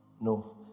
No